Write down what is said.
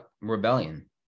rebellion